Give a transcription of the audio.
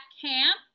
camp